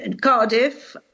Cardiff